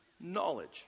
knowledge